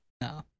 No